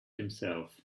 himself